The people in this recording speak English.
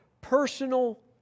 personal